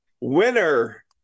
Winner